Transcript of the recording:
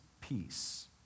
peace